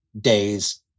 days